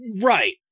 right